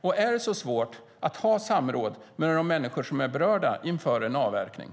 Är det så svårt att ha samråd med de människor som är berörda inför en avverkning?